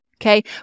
okay